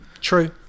True